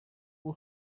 کوه